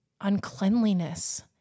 uncleanliness